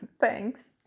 Thanks